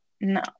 no